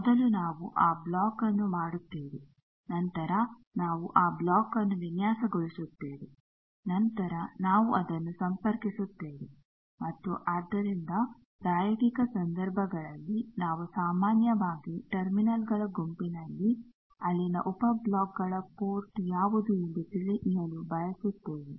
ಮೊದಲು ನಾವು ಆ ಬ್ಲಾಕ್ ನ್ನು ಮಾಡುತ್ತೇವೆ ನಂತರ ನಾವು ಆ ಬ್ಲಾಕ್ನ್ನು ವಿನ್ಯಾಸಗೊಳಿಸುತ್ತೇವೆ ನಂತರ ನಾವು ಅದನ್ನು ಸಂಪರ್ಕಿಸುತ್ತೇವೆ ಮತ್ತು ಆದ್ದರಿಂದ ಪ್ರಾಯೋಗಿಕ ಸಂದರ್ಭಗಳಲ್ಲಿ ನಾವು ಸಾಮಾನ್ಯವಾಗಿ ಟರ್ಮಿನಲ್ ಗಳ ಗುಂಪಿನಲ್ಲಿ ಅಲ್ಲಿನ ಉಪ ಬ್ಲಾಕ್ ಗಳ ಪೋರ್ಟ್ ಯಾವುದು ಎಂದು ತಿಳಿಯಲು ಬಯಸುತ್ತೇವೆ